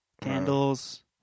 Candles